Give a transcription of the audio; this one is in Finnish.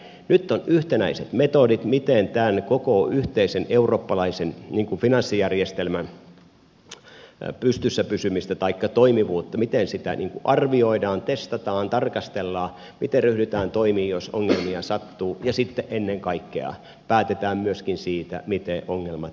nyt on yhtenäiset metodit miten tämän koko yhteisen eurooppalaisen finanssijärjestelmän pystyssä pysymistä taikka toimivuutta arvioidaan testataan tarkastellaan miten ryhdytään toimiin jos ongelmia sattuu ja sitten ennen kaikkea päätetään myöskin siitä miten ongelmat rahoitetaan